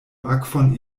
akvon